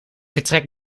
vertrek